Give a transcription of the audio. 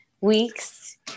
weeks